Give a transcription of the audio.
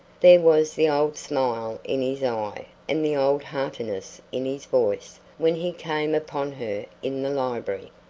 there was the old smile in his eye and the old heartiness in his voice when he came upon her in the library.